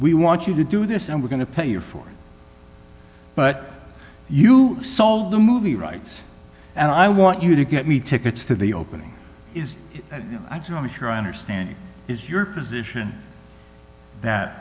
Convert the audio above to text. we want you to do this and we're going to pay you for but you sold the movie rights and i want you to get me tickets to the opening is i generally sure i understand is your position that